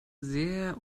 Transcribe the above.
sehr